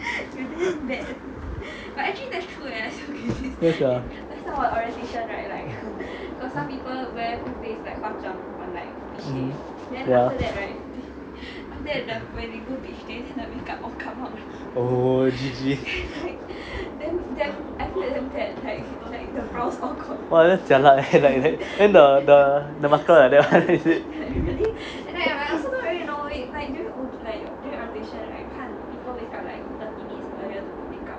ya sia ya oh G_G !wah! that's jialat eh then the the marker like that [one] is it